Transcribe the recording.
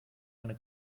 eine